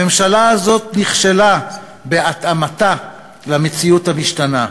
הממשלה הזו נכשלה בהתאמתה למציאות המשתנה.